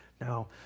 Now